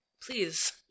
Please